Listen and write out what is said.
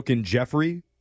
Jeffrey